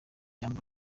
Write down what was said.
jambo